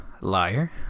liar